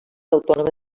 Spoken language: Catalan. autònoma